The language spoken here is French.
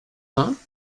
vingts